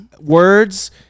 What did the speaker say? words